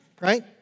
right